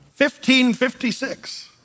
1556